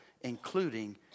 including